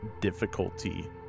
difficulty